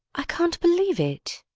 i can't believe it!